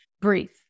breathe